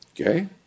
okay